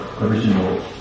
original